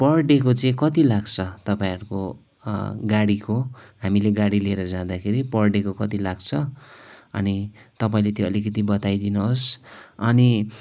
पर डेको चाहिँ कति लाग्छ तपाईँहरूको गाडीको हामीले गाडी लेर जाँदाखेरि पर डेको कति लाग्छ अनि तपाईँले त्यो अलिकति बताइदिनुहोस् अनि